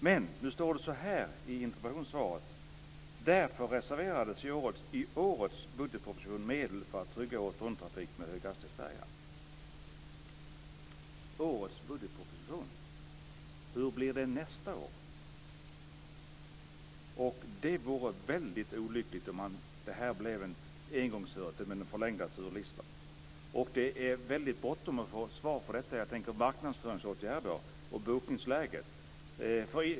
I svaret står det dock: "Därför reserverades i årets budgetproposition medel för att trygga åretrunttrafik med höghastighetsfärjan." Det gäller alltså årets budgetproposition men hur blir det nästa år? Det vore väldigt olyckligt om detta med förlängd turlista blev en engångsföreteelse. Det är bråttom att få svar med tanke på marknadsföringsåtgärder och bokningsläge.